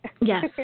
Yes